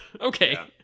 Okay